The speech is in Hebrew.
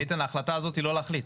איתן, ההחלטה הזאת היא לא להחליט.